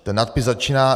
Ten nadpis začíná: